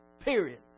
Period